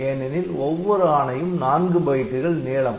ஏனெனில் ஒவ்வொரு ஆணையும் நான்கு பைட்டுகள் நீளம்